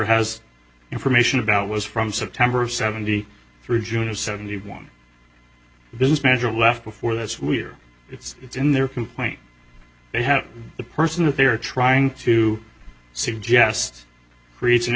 has information about was from september of seventy through june of seventy one business manager left before that's we're it's it's in their complaint they have the person that they are trying to suggest cre